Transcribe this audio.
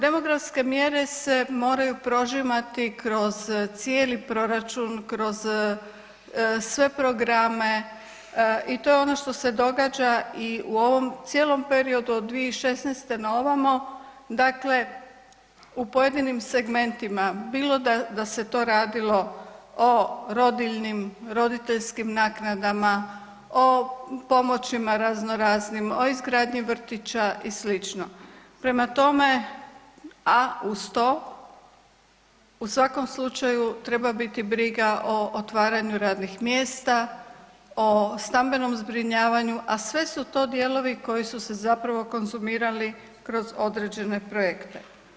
Demografske mjere se moraju prožimati kroz cijeli proračun, kroz sve programe i to je ono što se događa i u ovom cijelom periodu od 2016. na ovamo, dakle u pojedinim segmentima bilo da se to radilo o rodiljnim, roditeljskim naknadama, o pomoćima razno raznim, o izgradnji vrtića i sl., prema tome a uz to u svakom slučaju treba biti briga o otvaranju radnih mjesta, o stambenom zbrinjavanju, a sve su to dijelovi koji su se zapravo konzumirali kroz određene projekte.